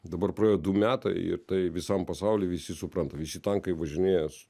dabar praėjo du metai ir tai visam pasauly visi supranta visi tankai važinėja su